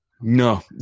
No